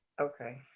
Okay